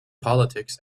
politics